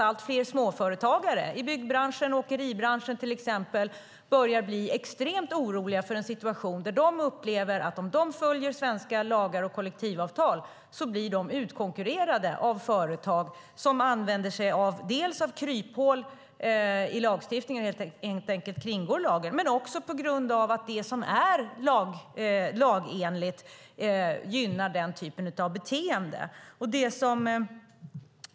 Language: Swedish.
Allt fler småföretagare i byggbranschen och åkeribranschen börjar bli extremt oroliga för att det uppstår en situation där de upplever att de följer svenska lagar och kollektivavtal men blir utkonkurrerade på grund av att det finns företag som använder sig av kryphål i lagstiftningen och helt enkelt kringgår lagen och på grund av att det som är lagenligt gynnar den typen av beteende.